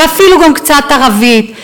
ואפילו גם קצת ערבית.